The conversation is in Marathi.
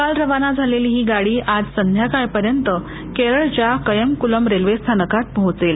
काल रवाना झालेली ही गाडी आज संध्याकाळपर्यंत केरळच्या कयमकुलम रेल्वे स्थानकात पोहोचेल